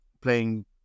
playing